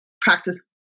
practice